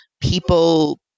people